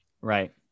right